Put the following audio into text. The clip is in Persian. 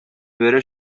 بره